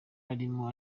arimo